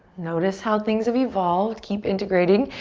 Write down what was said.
notice how things have evolved. keep integrating.